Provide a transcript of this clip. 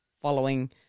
following